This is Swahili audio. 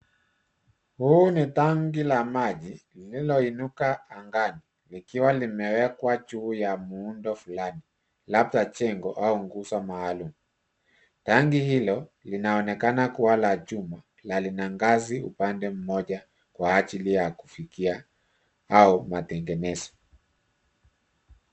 Hili ni tenki la maji lililoinuka angani, likiwa limekwa juu ya muundo fulani labda jengo au nguzo maalum. Tenki hilo, linaonekana kuwa la chuma na lina ngazi upande mmoja kwa ajili ya kufikia au matengenezo.